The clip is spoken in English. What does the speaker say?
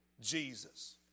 Jesus